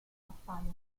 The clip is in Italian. appaiono